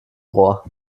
rohr